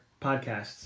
podcasts